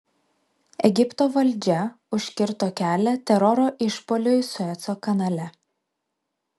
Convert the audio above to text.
egipto valdžia užkirto kelią teroro išpuoliui sueco kanale